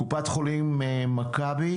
קופת חולים מכבי,